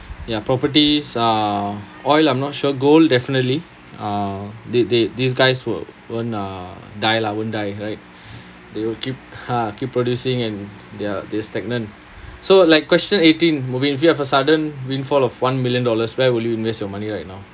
ya properties uh oil I'm not sure gold definitely uh they they these guys won't won't uh die lah won't die right they will keep keep ha producing and they are they're stagnant so like question eighteen mubin if you have a sudden windfall of one million dollars where will you invest your money right now